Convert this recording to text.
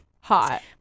Hot